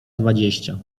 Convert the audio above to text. dwadzieścia